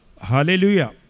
Hallelujah